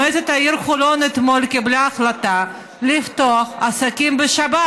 מועצת העיר חולון קיבלה אתמול החלטה לפתוח עסקים בשבת.